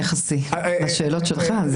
קשה לצפות את התוצאות שלהם.